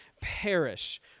perish